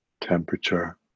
temperature